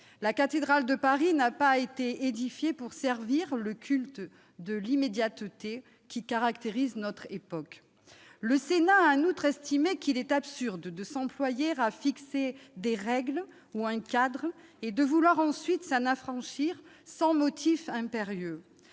La cathédrale de Paris n'a pas été édifiée pour servir le culte de l'immédiateté qui caractérise notre époque. Le Sénat a, en outre, estimé qu'il était absurde de s'employer à fixer des règles pour vouloir ensuite s'en affranchir sans motif impérieux.